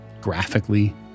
graphically